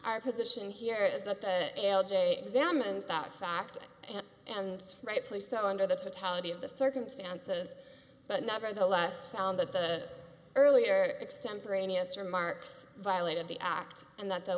our position here is that l j examines that fact and rightfully so under the totality of the circumstances but nevertheless found that the earlier extent brainiest remarks violated the act and that the